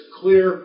clear